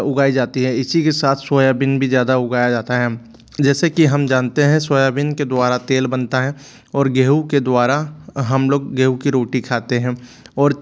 उगाई जाती हैं इसी के साथ सोयाबीन भी ज़्यादा उगाया जाता है जैसे कि हम जानते हैं सोयाबीन के द्वारा तेल बनता है और गेहूँ के द्वारा हम लोग गेहूँ की रोटी खाते हैं